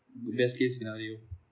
best case scenario